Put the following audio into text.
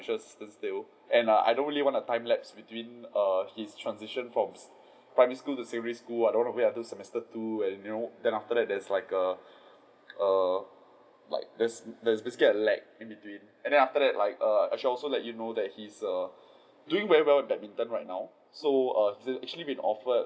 assistance still and I don't really want a time lapse between err his transition from primary school to secondary school I don't want to wait until semester two and you know then after that there is like err err like there's there's basically a lack in between and then after that err I also want to let you know that he is err doing very well in badminton right now so err actually he's been offered